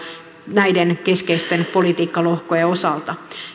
näiden keskeisten politiikkalohkojen osalta